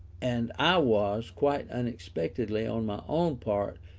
and i was, quite unexpectedly on my own part,